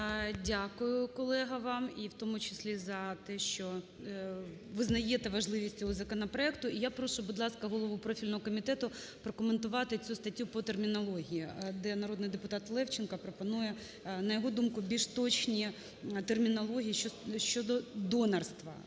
Дякую, колега вам. І в тому числі за те, що визнаєте важливість цього законопроекту. Я прошу, будь ласка, голову профільного комітету прокоментувати цю статтю по термінології, де народний депутат Левченко пропонує, на його думку, більш точно термінології щодо донорства,